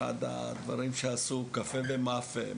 אחד הדברים שעשו הוא "קפה ומאפה".